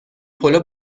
پلو